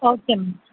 okay ma'am